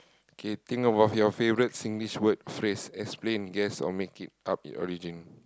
okay think about your favourite Singlish word phase explain guess of make it up origin